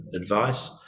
advice